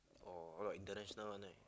oh a lot of international one right